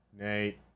Nate